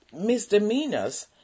misdemeanors